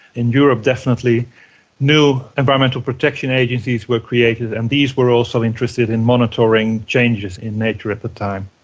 in europe definitely new environmental protection agencies were created and these were also interested in monitoring changes in nature at the time.